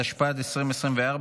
התשפ"ד 2024,